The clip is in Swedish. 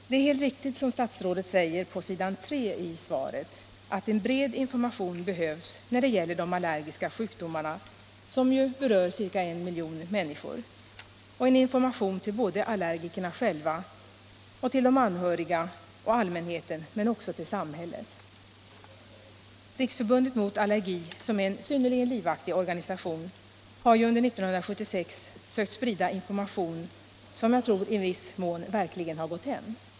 Det är helt riktigt, som statsrådet säger i sitt svar, att en bred information behövs när det gäller de allergiska sjukdomarna, som ju berör ca en miljon människor — en information inte bara till allergikerna själva, till de anhöriga och till allmänheten utan också till samhället. Riksförbundet mot allergi, som är en synnerligen livaktig organisation, har ju under 1976 sökt sprida information som jag tror i viss mån verkligen har gått hem.